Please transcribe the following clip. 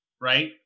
right